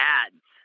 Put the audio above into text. ads